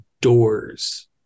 doors